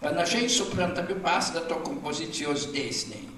pranašai suprantami pastato kompozicijos dėsniai